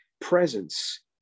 presence